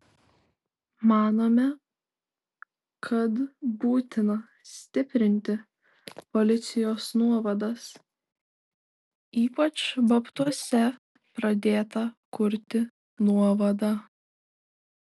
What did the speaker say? manome kad būtina stiprinti policijos nuovadas ypač babtuose pradėtą kurti nuovadą